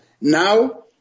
Now